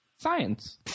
Science